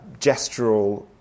gestural